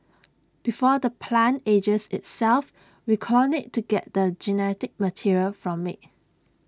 before the plant ages itself we clone IT to get the genetic material from IT